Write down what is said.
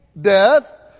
death